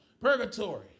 Purgatory